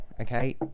Okay